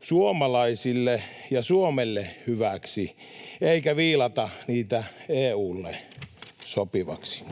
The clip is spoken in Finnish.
suomalaisille ja Suomen hyväksi eikä viilata niitä EU:lle sopivaksi.